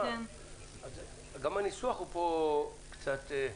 גם הניסוח פה הוא קצת מטעה.